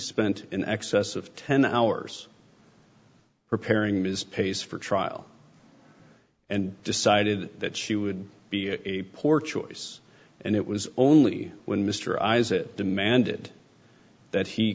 spent in excess of ten hours preparing his pace for trial and decided that she would be a poor choice and it was only when mr isaac demanded that he